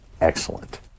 excellent